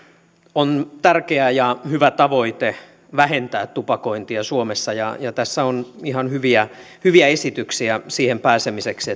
on tärkeä ja hyvä tavoite vähentää tupakointia suomessa ja ja tässä on ihan hyviä hyviä esityksiä siihen pääsemiseksi